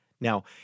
Now